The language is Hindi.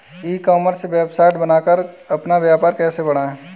ई कॉमर्स वेबसाइट बनाकर अपना व्यापार कैसे बढ़ाएँ?